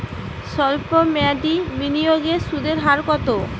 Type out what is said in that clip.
সল্প মেয়াদি বিনিয়োগে সুদের হার কত?